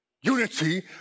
unity